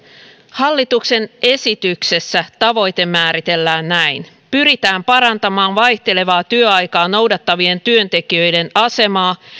hallituksen esityksessä tavoite määritellään näin pyritään parantamaan vaihtelevaa työaikaa noudattavien työntekijöiden asemaa